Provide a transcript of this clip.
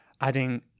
adding